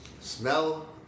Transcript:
smell